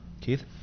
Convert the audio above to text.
Keith